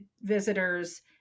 visitors